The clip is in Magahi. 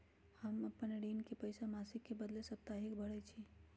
हम अपन ऋण के पइसा मासिक के बदले साप्ताहिके भरई छी